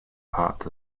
parts